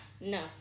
No